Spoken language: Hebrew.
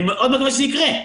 אני מקווה מאוד שזה יקרה,